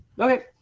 Okay